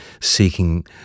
seeking